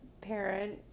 parent